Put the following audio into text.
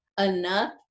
enough